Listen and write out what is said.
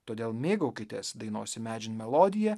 todėl mėgaukitės dainos imedžin melodija